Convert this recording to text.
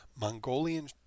Mongolian